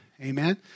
Amen